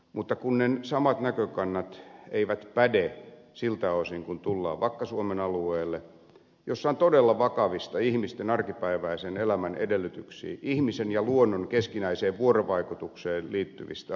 mutta ne samat näkökannat eivät päde siltä osin kun tullaan vakka suomen alueelle missä on todella vakavista ihmisten arkipäiväisen elämän edellytyksiin ihmisen ja luonnon keskinäiseen vuorovaikutukseen liittyvistä asiakokonaisuuksista kysymys